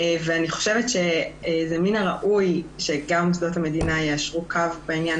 אני חושב שמן הראוי שגם מוסדות המדינה יישרו קו בעניין